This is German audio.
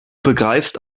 begreifst